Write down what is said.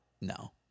No